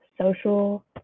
social